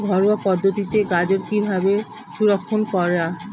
ঘরোয়া পদ্ধতিতে গাজর কিভাবে সংরক্ষণ করা?